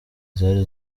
zari